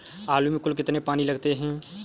आलू में कुल कितने पानी लगते हैं?